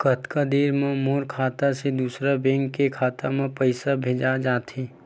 कतका देर मा मोर खाता से दूसरा बैंक के खाता मा पईसा भेजा जाथे?